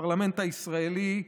הפרלמנט הישראלי,